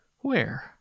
Where